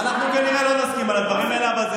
אנחנו כנראה לא נסכים על הדברים האלה,